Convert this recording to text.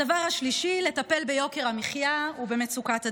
הדבר השלישי, לטפל ביוקר המחיה ובמצוקת הדיור.